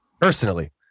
Personally